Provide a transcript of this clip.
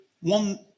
one